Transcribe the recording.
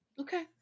Okay